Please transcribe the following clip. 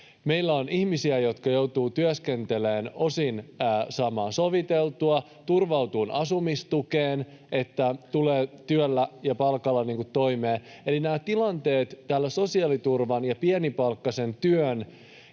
Meillä on ihmisiä, jotka joutuvat työskentelemään, osin saamaan soviteltua ja turvautumaan asumistukeen, että tulee työllä ja palkalla toimeen. Eli nämä tilanteet täällä sosiaaliturvan ja pienipalkkaisen työn